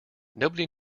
nobody